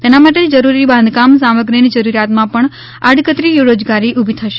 તેના માટે જરૂરી બાંધકામ સામગ્રીની જરૂરિયાતમાં પણ આડકતરી રોજગારી ઊભી થશે